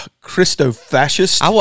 Christo-fascist